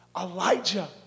Elijah